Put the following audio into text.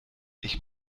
ich